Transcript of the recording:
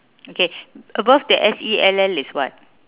okay above the S E L L is what